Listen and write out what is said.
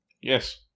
Yes